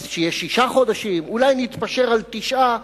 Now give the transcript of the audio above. אז שיהיה שישה חודשים, אולי נתפשר על תשעה,